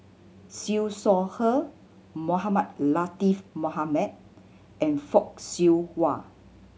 Siew Shaw Her Mohamed Latiff Mohamed and Fock Siew Wah